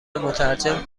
مترجم